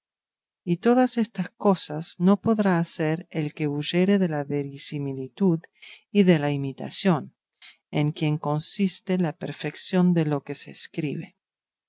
y todas estas cosas no podrá hacer el que huyere de la verisimilitud y de la imitación en quien consiste la perfeción de lo que se escribe